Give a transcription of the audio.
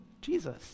Jesus